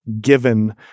given